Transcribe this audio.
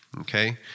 Okay